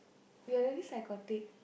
you're really psychotic